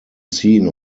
seen